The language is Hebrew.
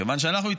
כיוון שאנחנו,